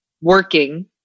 working